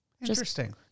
Interesting